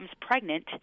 pregnant